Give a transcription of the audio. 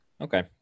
Okay